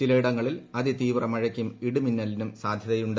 ചിലയിടങ്ങളിൽ അതിതീവ്ര മഴയ്ക്കും ഇടിമിന്നലിനും സാധ്യതയുണ്ട്